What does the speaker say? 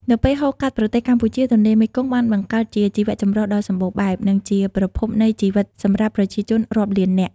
នៅពេលហូរកាត់ប្រទេសកម្ពុជា ទន្លេមេគង្គបានបង្កើតជាជីវចម្រុះដ៏សម្បូរបែប និងជាប្រភពនៃជីវិតសម្រាប់ប្រជាជនរាប់លាននាក់។